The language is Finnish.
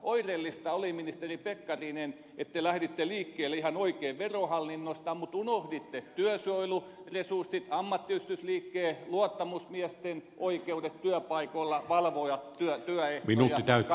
oireellista oli ministeri pekkarinen että te lähditte liikkeelle ihan oikein verohallinnosta mutta unohditte työsuojeluresurssit ammattiyhdistysliikkeen luottamusmiesten oikeudet työpaikoilla valvoa työehtoja kanneoikeuden